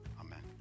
Amen